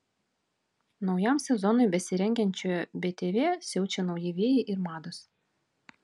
naujam sezonui besirengiančioje btv siaučia nauji vėjai ir mados